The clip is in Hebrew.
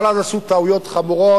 אבל אז עשו טעויות חמורות,